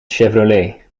chevrolet